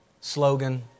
slogan